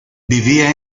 vivía